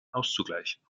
auszugleichen